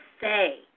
say